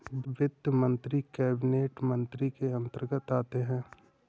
वित्त मंत्री कैबिनेट मंत्री के अंतर्गत आते है